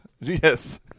yes